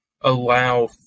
allow